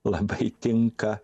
labai tinka